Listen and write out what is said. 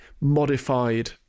modified